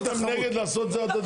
למה אתם נגד לעשות את זה הדדי?